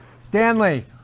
Stanley